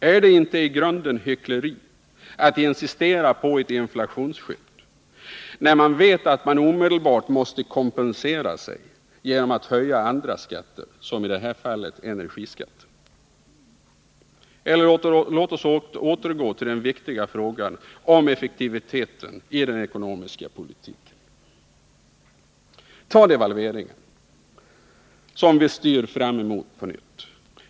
Är det inte i grunden hyckleri att insistera på ett inflationsskydd, när man vet att man omedelbart måste kompensera sig genom att höja andra skatter, som i detta fall energiskatten? Låt oss återgå till den viktiga frågan om effektiviteten i den ekonomiska politiken. Ta som exempel devalveringen, som vi på nytt styr fram emot.